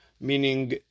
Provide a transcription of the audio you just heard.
Meaning